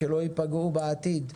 שלא ייפגעו בעתיד,